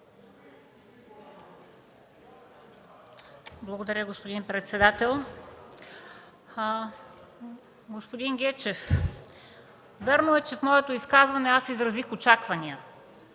Благодаря, господин председател. Господин Гечев, вярно е, че в моето изказване изразих очаквания,